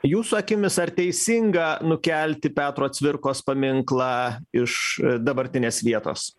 jūsų akimis ar teisinga nukelti petro cvirkos paminklą iš dabartinės vietos